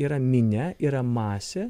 yra minia yra masė